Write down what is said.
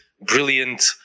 brilliant